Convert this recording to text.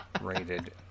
rated